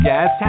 Yes